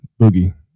Boogie